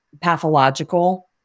pathological